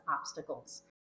obstacles